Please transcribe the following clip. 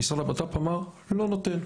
ומשרד הבט"פ אומר שהוא לא נותן.